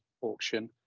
auction